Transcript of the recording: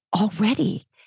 already